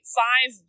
five